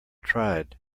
tried